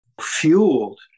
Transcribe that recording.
fueled